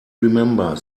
remember